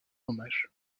hommage